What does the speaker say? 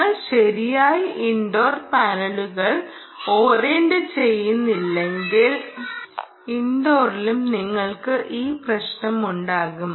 നിങ്ങൾ ശരിയായി ഇൻഡോർ പാനലുകൾ ഓറിയന്റുചെയ്യുന്നില്ലെങ്കിൽ ഇൻഡോറിലും നിങ്ങൾക്ക് ഈ പ്രശ്നമുണ്ടാകും